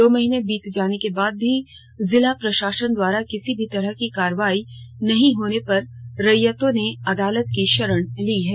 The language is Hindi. दो महीने बीत जाने के बाद भी जिला प्रशासन द्वारा किसी भी तरह की कार्रवाई नहीं होने पर रैयतों ने अदालत की शरण ली है